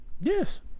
Yes